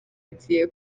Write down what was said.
agiye